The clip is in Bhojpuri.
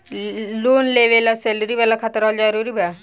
लोन लेवे ला सैलरी वाला खाता रहल जरूरी बा?